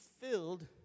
filled